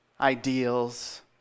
ideals